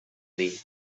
dir